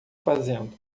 fazendo